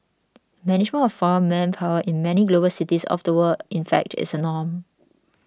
management of foreign manpower in many global cities of the world in fact is a norm